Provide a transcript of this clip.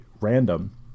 random